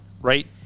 right